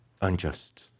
unjust